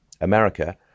America